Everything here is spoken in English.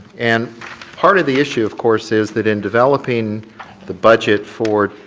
and part of the issue of course is that in developing the budget for